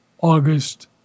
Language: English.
August